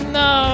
no